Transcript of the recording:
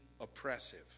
oppressive